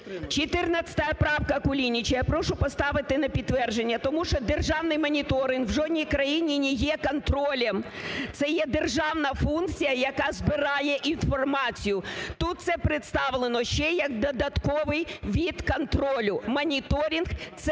правка, Кулініч, я прошу поставити на підтвердження, тому що державний моніторинг в жодній країні не є контролем. Це є державна функція, яка збирає інформацію. Тут це представлено ще як додатковий вид контролю. Моніторинг – це